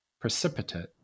precipitate